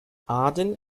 aden